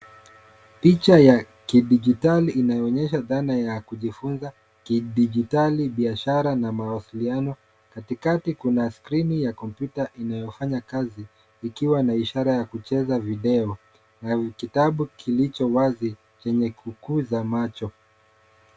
Picha ya kidigitali inayo onyesha dhana ya kujifunza kidigitali, biashara na mwasiliano. Katikati kuna skrini ya Komputa inayofanya kazi ikiwa na ishara ya kucheza video na kitabu kilichowazi chenye kukuza macho.